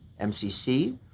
MCC